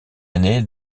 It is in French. aîné